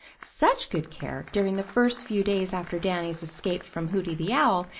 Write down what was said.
such good care, during the first few days after danny's escape from hooty the owl.